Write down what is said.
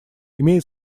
имеет